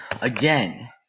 again